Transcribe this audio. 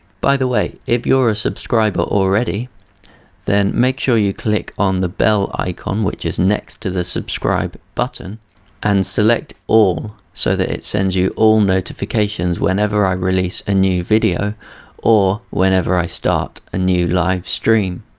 by the way, if you're a subscriber already then make sure you click on the bell icon which is next to the subscribe button and select all, so that it sends you all notifications whenever i release a new video or whenever i start a new live stream.